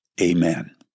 amen